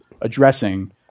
addressing